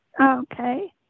Okay